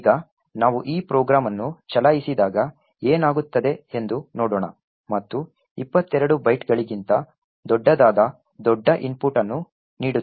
ಈಗ ನಾವು ಈ ಪ್ರೋಗ್ರಾಂ ಅನ್ನು ಚಲಾಯಿಸಿದಾಗ ಏನಾಗುತ್ತದೆ ಎಂದು ನೋಡೋಣ ಮತ್ತು 22 ಬೈಟ್ಗಳಿಗಿಂತ ದೊಡ್ಡದಾದ ದೊಡ್ಡ ಇನ್ಪುಟ್ ಅನ್ನು ನೀಡುತ್ತೇವೆ